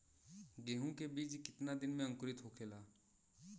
गेहूँ के बिज कितना दिन में अंकुरित होखेला?